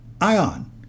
ion